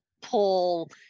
Pull